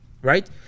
Right